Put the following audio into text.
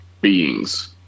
beings